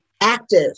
active